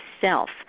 self